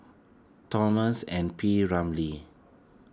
Thomas and P Ramlee